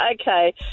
okay